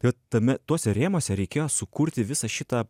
kad tame tuose rėmuose reikėjo sukurti visą šitą